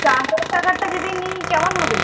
চার হাজার টাকারটা যদি নিই কেমন হবে